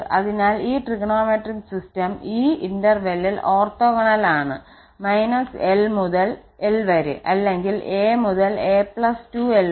അതിനാൽ ഈ ത്രികോണമെട്രിക് സിസ്റ്റം ഈ ഇടവേളകളിൽ ഓർത്തോഗോണൽ ആണ്−𝑙 മുതൽ 𝑙 വരെ അല്ലെങ്കിൽ 𝑎 മുതൽ 𝑎 2𝑙 വരെ